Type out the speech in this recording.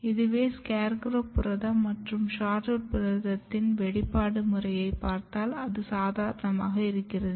இதுவே SCARECROW புரதம் மற்றும் SHORTROOT புரதத்தின் வெளிப்பாடு முறையைப் பார்த்தால் அது சாதாரணமாக இருக்கிறது